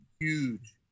huge